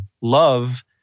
love